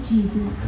Jesus